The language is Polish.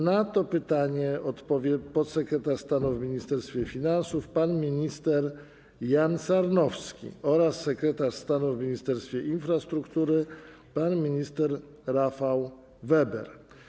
Na to pytanie odpowiedzą podsekretarz stanu w Ministerstwie Finansów pan minister Jan Sarnowski oraz sekretarz stanu w Ministerstwie Infrastruktury pan minister Rafał Weber.